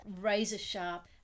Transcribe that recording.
razor-sharp